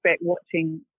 watching